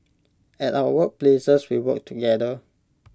at our work places we work together